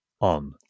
on